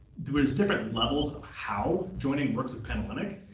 there was different levels of how joining works with panhellenic.